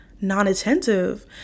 non-attentive